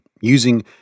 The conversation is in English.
using